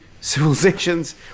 civilizations